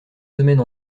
semaine